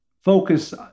focus